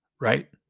right